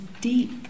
deep